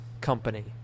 company